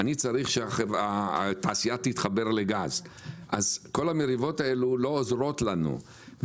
אני צריך שהתעשייה תתחבר לגז וכל המריבות האלה לא עוזרות לנו.